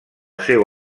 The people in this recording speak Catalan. seu